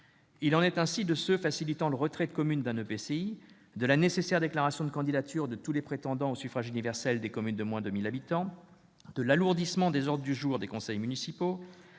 Il en est ainsi de ceux qui facilitent le retrait de communes d'un EPCI, de la nécessaire déclaration de candidature de tous les prétendants au suffrage universel des communes de moins de 1 000 habitants, de l'alourdissement des ordres du jour des conseils municipaux,